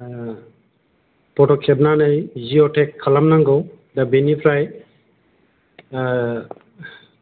ओ फट' खेबनानै जिअ'टेक खालामनांगौ दा बेनिफ्राय ओ